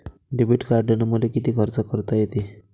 Debit कार्डानं मले किती खर्च करता येते?